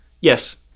Yes